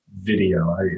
video